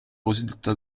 cosiddetta